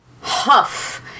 huff